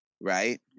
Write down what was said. Right